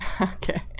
Okay